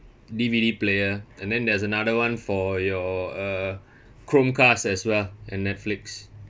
D_V_D player and then there's another [one] for your uh Chromecast as well and Netflix